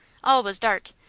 all was dark,